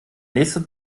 nächste